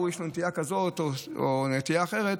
ההוא יש לו נטייה כזאת או נטייה אחרת,